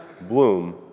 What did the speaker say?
bloom